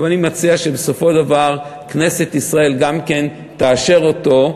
אבל אני מציע שבסופו של דבר כנסת ישראל גם כן תאשר אותו,